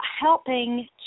helping